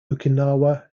okinawa